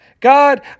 God